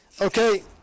Okay